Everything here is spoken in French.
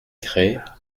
crêts